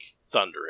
thundering